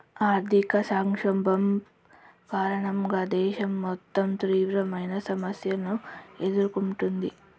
ఆర్థిక సంక్షోభం కారణంగా దేశం మొత్తం తీవ్రమైన సమస్యలను ఎదుర్కొంటుంది